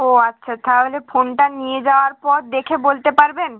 ও আচ্ছা তাহলে ফোনটা নিয়ে যাওয়ার পর দেখে বলতে পারবেন